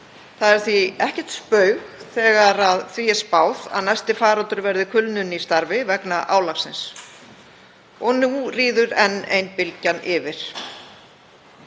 Það er því ekkert spaug þegar því er spáð að næsti faraldur verði kulnun í starfi vegna álagsins og nú ríður enn ein bylgjan yfir.